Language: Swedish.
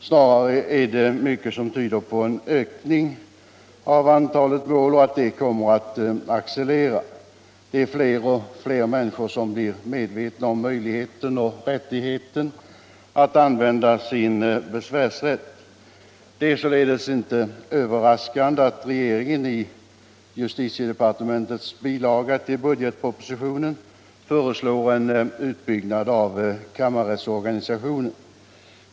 Snarare är det mycket som tyder på att ökningen av antalet mål kommer att accelerera när fler och fler människor blir medvetna om möjligheten att använda sin besvärsrätt. Det är således inte överraskande att regeringen i justiedepartementets bilaga till budgetpropositionen föreslår en utbyggnad av kammarrättsorganisationen.